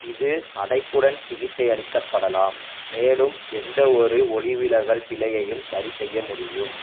இது அடைப்புடன் சிகிச்சையளிக்கப்படலாம் மேலும் எந்தவொரு ஒளிவிலகல் பிழையையும் சரிசெய்ய முடியும்